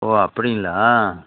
ஓ அப்படிங்ளா